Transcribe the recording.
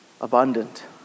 abundant